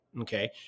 Okay